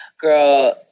Girl